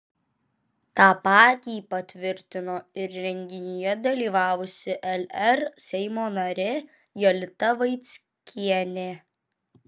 tą patį patvirtino ir renginyje dalyvavusi lr seimo narė jolita vaickienė